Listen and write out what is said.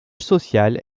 social